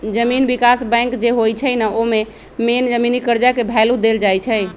जमीन विकास बैंक जे होई छई न ओमे मेन जमीनी कर्जा के भैलु देल जाई छई